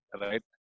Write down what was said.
Right